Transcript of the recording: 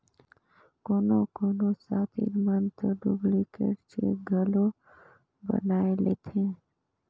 कोनो कोनो सातिर मन दो डुप्लीकेट चेक घलो बनाए लेथें